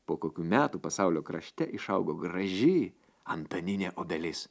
po kokių metų pasaulio krašte išaugo graži antaninė obelis